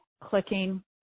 clicking